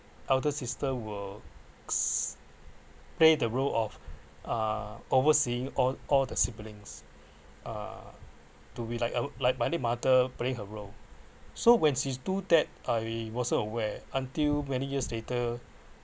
elder sister will play the role of uh overseeing all all the siblings uh do we like uh like my late mother play her role so when she's do that I wasn't aware until many years later